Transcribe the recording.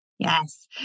Yes